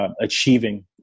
achieving